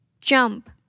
Jump